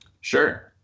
sure